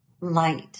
light